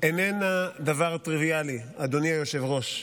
איננה דבר טריוויאלי, אדוני היושב-ראש.